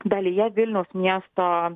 dalyje vilniaus miesto